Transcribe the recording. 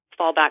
fallback